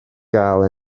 gael